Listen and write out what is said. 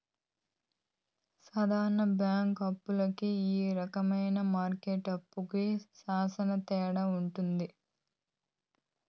సాధారణ బ్యాంక్ అప్పు కి ఈ రకమైన మార్కెట్ అప్పుకి శ్యాన తేడా ఉంటది